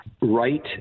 right